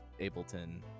ableton